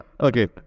Okay